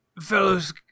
fellows